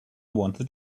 wanted